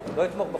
לא אתמוך בחוק.